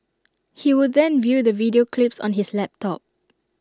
he would then view the video clips on his laptop